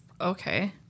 okay